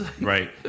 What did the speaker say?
right